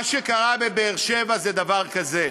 מה שקרה בבאר-שבע זה דבר כזה: